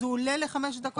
אז הוא עולה לחמש דקות?